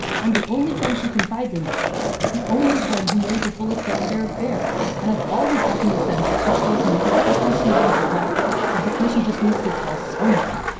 i'm the only friend she confides in like this. the only friend who knows the full extent of their affair and i've always gotten the sense that she tells me not because she wants advice but because she just needs to tell someone